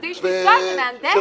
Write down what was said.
זה איש מקצוע, זה מהנדס.